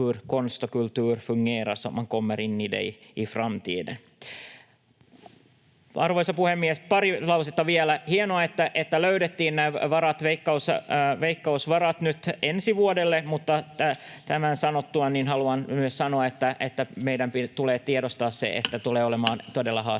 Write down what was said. Arvoisa puhemies! Pari lausetta vielä. Hienoa, että löydettiin nämä Veikkaus-varat nyt ensi vuodelle, mutta tämän sanottuani haluan myös sanoa, että meidän tulee tiedostaa se, että tulee olemaan todella haasteellista